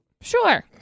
Sure